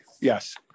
Yes